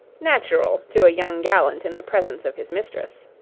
natural to a young gallant in the presence of his mistress.